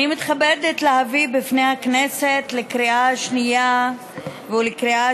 אני מתכבדת להביא בפני הכנסת לקריאה שנייה ולקריאה